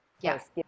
Yes